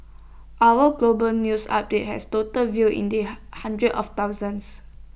hourly global news updates has total views in the hundreds of thousands